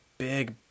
Big